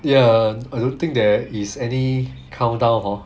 ya I don't think there is any countdown hor